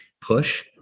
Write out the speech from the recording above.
push